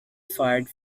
fired